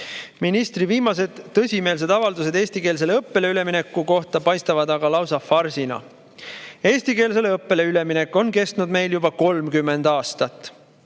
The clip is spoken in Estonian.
Ministri viimased tõsimeelsed avaldused eestikeelsele õppele ülemineku kohta paistavad aga lausa farsina. Eestikeelsele õppele üleminek on kestnud juba 30 aastat.